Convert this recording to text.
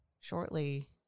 shortly